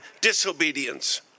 disobedience